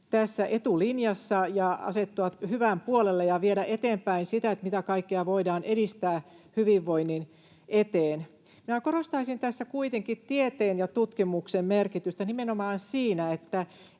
tässä etulinjassa ja asettua hyvän puolelle ja viedä eteenpäin sitä, mitä kaikkea voidaan tehdä hyvinvoinnin eteen. Minä korostaisin tässä kuitenkin tieteen ja tutkimuksen merkitystä — nimenomaan siinä,